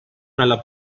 nella